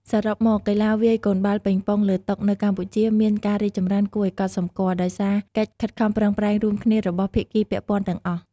សរុបមក កីឡាវាយកូនបាល់ប៉េងប៉ុងលើតុនៅកម្ពុជាមានការរីកចម្រើនគួរឱ្យកត់សម្គាល់ ដោយសារកិច្ចខិតខំប្រឹងប្រែងរួមគ្នារបស់ភាគីពាក់ព័ន្ធទាំងអស់។